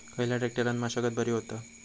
खयल्या ट्रॅक्टरान मशागत बरी होता?